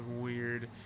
weird